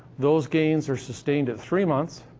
those gains are sustained at three months,